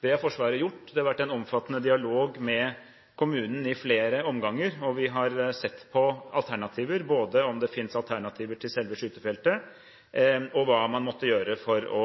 Det har Forsvaret gjort. Det har vært en omfattende dialog med kommunen i flere omganger, og vi har sett på alternativer – både om det finnes alternativer til selve skytefeltet, og hva man måtte gjøre for å